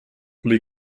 les